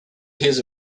hears